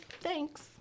Thanks